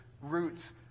roots